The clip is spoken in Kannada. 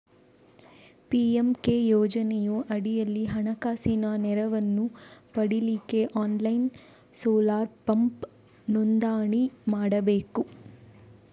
ಪಿ.ಎಂ.ಕೆ ಯೋಜನೆಯ ಅಡಿಯಲ್ಲಿ ಹಣಕಾಸಿನ ನೆರವನ್ನ ಪಡೀಲಿಕ್ಕೆ ಆನ್ಲೈನ್ ಸೋಲಾರ್ ಪಂಪ್ ನೋಂದಣಿ ಮಾಡ್ಬೇಕು